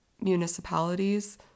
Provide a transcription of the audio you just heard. municipalities